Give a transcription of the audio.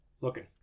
Looking